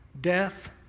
death